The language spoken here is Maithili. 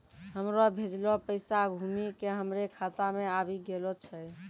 हमरो भेजलो पैसा घुमि के हमरे खाता मे आबि गेलो छै